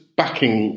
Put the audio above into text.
backing